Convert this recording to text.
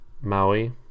Maui